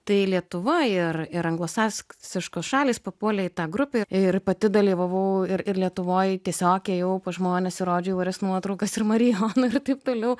tai lietuva ir ir anglosaksiškos šalys papuolė į tą grupę ir pati dalyvavau ir ir lietuvoj tiesiog ėjau pas žmones ir rodžiau įvairias nuotraukas ir marijono ir taip toliau